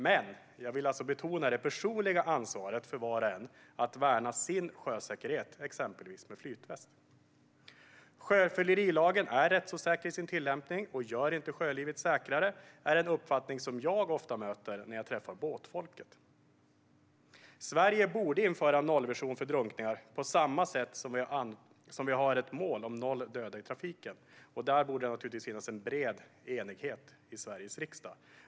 Men jag vill betona det personliga ansvaret för var och en att värna sin sjösäkerhet, exempelvis med flytväst. Sjöfyllerilagen är rättsosäker i sin tillämpning och gör inte sjölivet säkrare - det är en uppfattning som jag ofta möter när jag träffar båtfolket. Sverige borde införa en nollvision för drunkningar på samma sätt som vi har ett mål om noll döda i trafiken. Om det borde det naturligtvis finnas bred enighet i Sveriges riksdag.